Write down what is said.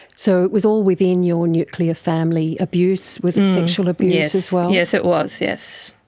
so it was all within your nuclear family, abuse, was it sexual abuse as well? yes it was, yes,